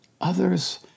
others